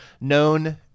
known